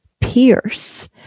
pierce